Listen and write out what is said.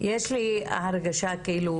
יש לי הרגשה כאילו